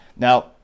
Now